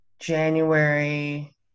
January